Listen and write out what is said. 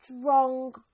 strong